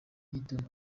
hilton